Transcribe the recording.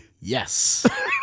Yes